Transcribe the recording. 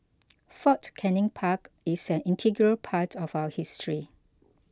Fort Canning Park is an integral part of our history